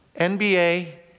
NBA